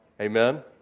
Amen